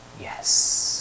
yes